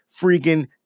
freaking